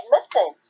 Listen